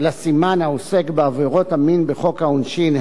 לסימן העוסק בעבירות המין בחוק העונשין,